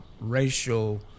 racial